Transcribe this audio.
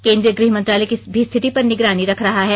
केन्द्रीय गृह मंत्रालय भी स्थिति पर निगरानी रख रहा है